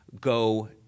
go